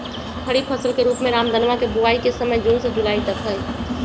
खरीफ फसल के रूप में रामदनवा के बुवाई के समय जून से जुलाई तक में हई